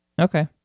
Okay